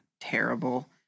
terrible